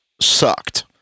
sucked